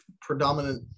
predominant